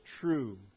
true